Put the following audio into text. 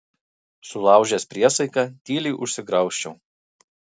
sulaužęs priesaiką tyliai užsigraužčiau